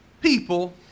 people